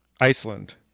Iceland